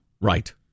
Right